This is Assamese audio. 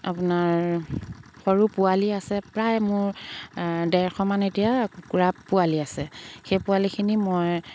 আপোনাৰ সৰু পোৱালি আছে প্ৰায় মোৰ ডেৰশমান এতিয়া কুকুৰা পোৱালি আছে সেই পোৱালিখিনি মই